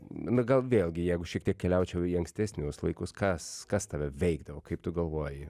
nu gal vėlgi jeigu šiek tiek keliaučiau į ankstesnius laikus kas kas tave veikdavo kaip tu galvoji